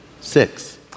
six